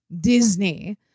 Disney